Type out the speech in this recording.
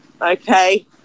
Okay